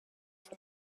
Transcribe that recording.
for